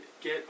get